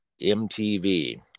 MTV